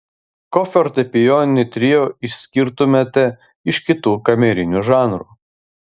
kuo fortepijoninį trio išskirtumėte iš kitų kamerinių žanrų